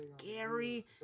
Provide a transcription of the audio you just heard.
scary